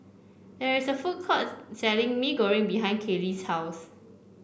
there is a food court selling Mee Goreng behind Caylee's house